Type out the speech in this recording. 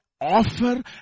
Offer